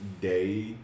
day